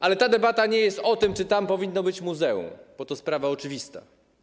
Ale ta debata nie jest o tym, czy tam powinno być muzeum, bo to sprawa oczywista.